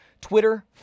Twitter